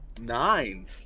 nine